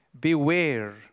Beware